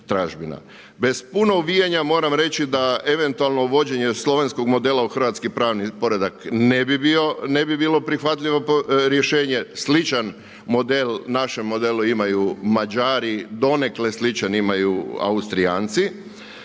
Bez puno uvijanja moram reći da eventualno uvođenje slovenskog modela u hrvatski pravni poredak ne bi bilo prihvatljivo rješenje. Sličan model našem modelu imaju Mađari, donekle sličan imaju Austrijanci,